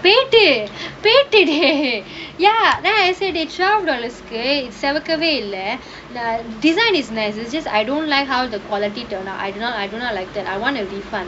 dey dey dey dey dey ya then I said twelve dollars கு இது செவக்கவே இல்ல:ku ithu sevakkavae illa this [one] is like I just I don't like how the quality turn out I do not I do not like that I want to be fun